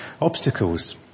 obstacles